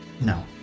No